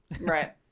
Right